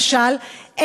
למשל,